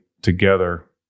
Together